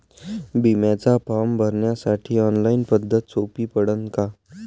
बिम्याचा फारम भरासाठी ऑनलाईन पद्धत सोपी पडन का?